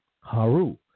Haru